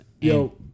Yo